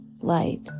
light